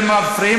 אתם מפריעים,